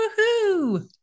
Woohoo